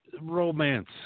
romance